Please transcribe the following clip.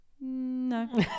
No